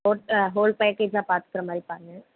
டோட் whole பேக்கேக்ஜாக பார்த்துக்குற மாதிரி பாருங்க